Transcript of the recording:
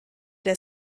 der